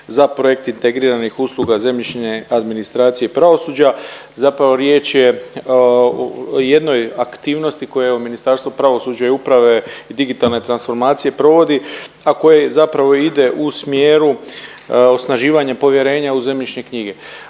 za Projekt integriranih usluga zemljišne administracije i pravosuđa zapravo riječ je o jednoj aktivnosti koja je uMinistarstvu pravosuđa i uprave i digitalne transformacije provodi, a koje zapravo ide u smjeru osnaživanja povjerenja u zemljišne knjige.